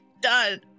done